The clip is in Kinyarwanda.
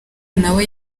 nawe